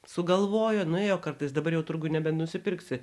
sugalvojo nuėjo kartais dabar jau turbūt nebenusipirksi